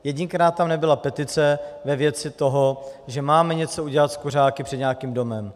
Jedinkrát tam nebyla petice ve věci toho, že máme něco udělat s kuřáky před nějakým domem.